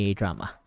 drama